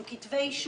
עם כתבי אישום